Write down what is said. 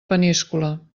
peníscola